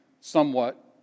somewhat